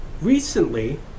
recently